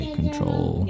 control